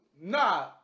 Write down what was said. Nah